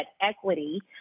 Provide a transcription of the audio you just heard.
equity